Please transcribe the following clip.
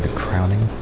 crowning.